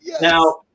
Now